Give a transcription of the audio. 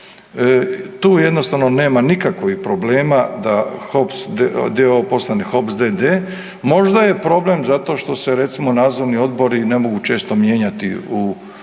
Tu jednostavno nema nikakvih problema da HOPS d.o.o. postane HOPS d.d. Možda je problem zašto što se recimo nadzorni odbori ne mogu često mijenjati u HOPS-u